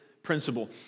principle